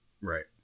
Right